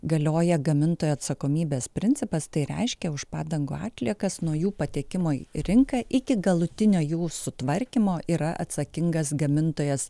galioja gamintojo atsakomybės principas tai reiškia už padangų atliekas nuo jų patekimo į rinką iki galutinio jų sutvarkymo yra atsakingas gamintojas